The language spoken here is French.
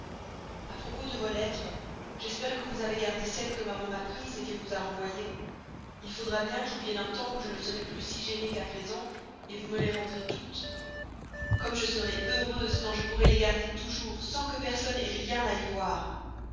à propos de vos lettres j'espère que vous avez gardé celles que maman m'a prises qu'elle vous a renvoyées il faudra bien qu'il vienne un temps où je ne serai plus si gênée qu'à présent vous me les rendrez toutes comme je serai heureuse quand je pourrai les garder toujours sans que personne ait rien à y voir